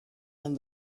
and